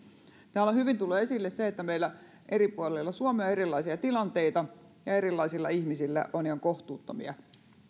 täällä on hyvin tullut esille se että meillä eri puolilla suomea on erilaisia tilanteita ja erilaisilla ihmisillä on ihan kohtuuttomia